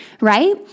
Right